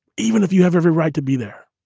even if you have every right to be there